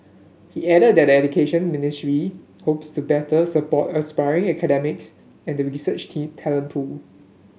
he added that the Education Ministry hopes to better support aspiring academics and the research team talent pool